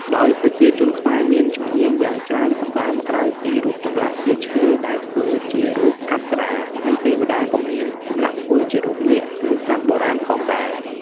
ដោយប្រជាជនខ្មែរមានជំនាញយ៉ាងច្រើនសម្បើមក្រៅពីរូបចម្លាក់ជាឈើដែលធ្វើជារូបអប្សរា និងទេវតាក៏មាន ចម្លាក់ធ្វើជារូបនាគ និងសត្វបុរាណផងដែរ។